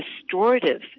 restorative